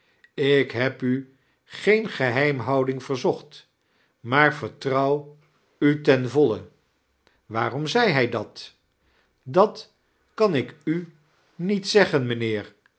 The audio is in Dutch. ik heb u geen geheitnhouding vexzoc'hlt maar vertrouw u ten voile waarom zei hij dat dat kan ik u niet zeggen mynheer